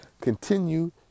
Continue